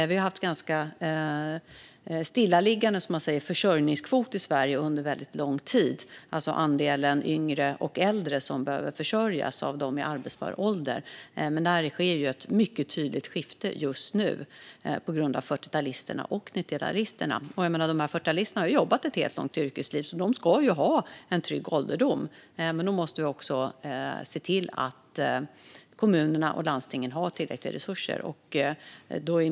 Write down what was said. Vi i Sverige har under väldigt lång tid haft en ganska stillaliggande försörjningskvot, det vill säga andelen yngre och äldre som behöver försörjas av dem i arbetsför ålder. Men just nu sker ett mycket tydligt skifte på grund av 40 och 90-talisterna. Våra 40-talister har ju jobbat ett helt långt yrkesliv, så de ska ha en trygg ålderdom. Men då måste vi också se till att kommunerna och landstingen har tillräckliga resurser.